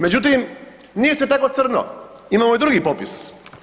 Međutim, nije sve tako crno imamo i drugi popis.